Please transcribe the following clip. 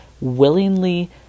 willingly